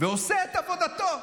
עושה את עבודתו.